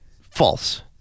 false